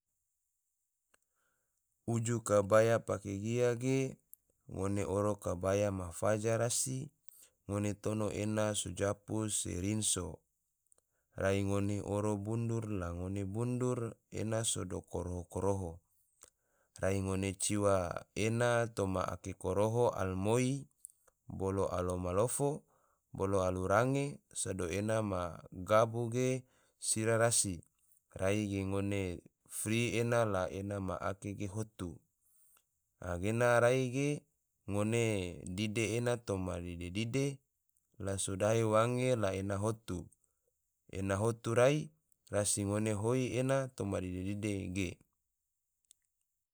Uju kabaya pake gia ge, ngone oro kabaya ma faja rasi, ngone tono ena so japu se rinso, rai ngone oro bundur la ngone bundur ena sodo koroho-koroho, rai ngone ciwa ena toma ake koroho alamoi bolo alamalofo, bolo alurange, sodo ena ma gabu ge sira rasi, rai ge ngone fri ena la ena ma ake ge hotu, a gena rai ge ngone dide ena toma dide-dide l so dahe wange la ena hotu, ena hotu rai rasi ngone hoi ena toma dide-dide ge